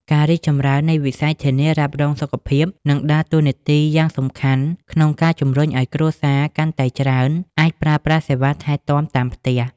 ការរីកចម្រើននៃវិស័យធានារ៉ាប់រងសុខភាព នឹងដើរតួនាទីយ៉ាងសំខាន់ក្នុងការជំរុញឱ្យគ្រួសារកាន់តែច្រើនអាចប្រើប្រាស់សេវាថែទាំតាមផ្ទះ។